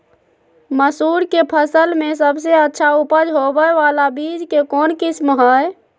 मसूर के फसल में सबसे अच्छा उपज होबे बाला बीज के कौन किस्म हय?